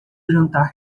jantar